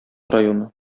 районы